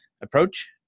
approach